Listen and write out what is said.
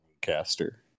Caster